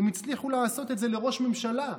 אם הצליחו לעשות את זה לראש ממשלה,